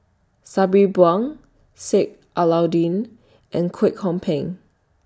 Sabri Buang Sheik Alau'ddin and Kwek Hong Png